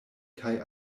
kaj